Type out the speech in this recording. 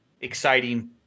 exciting